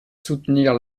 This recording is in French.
soutenir